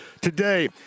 Today